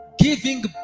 giving